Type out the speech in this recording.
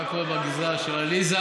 מה קורה בגזרה של עליזה?